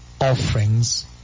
Offerings